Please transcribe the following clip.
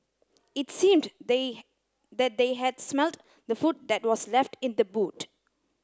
it seemed they that they had smelt the food that was left in the boot